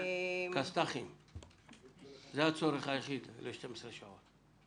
כסת"ח, זה הצורך היחיד ב-12 שעות.